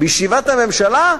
בישיבת הממשלה,